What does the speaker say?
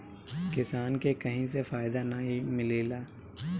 किसान के कहीं से फायदा नाइ मिलेला